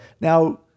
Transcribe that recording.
Now